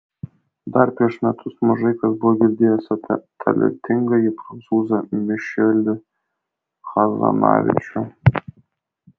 dar prieš metus mažai kas buvo girdėjęs apie talentingąjį prancūzą mišelį hazanavičių